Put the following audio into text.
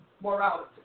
morality